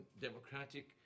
democratic